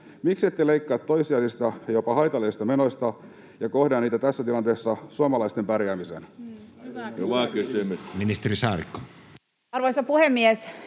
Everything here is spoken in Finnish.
miksi ette leikkaa toissijaisista ja jopa haitallisista menoista ja kohdenna niitä tässä tilanteessa suomalaisten pärjäämiseen?